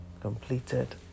completed